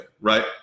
right